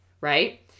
right